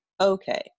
okay